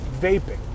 vaping